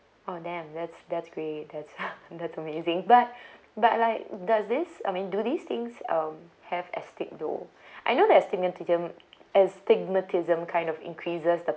oh damn that's that's great that's that's amazing but but like does this I mean do these things um have astig though I know that astigmatism astigmatism kind of increases the